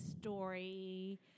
Story